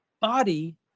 body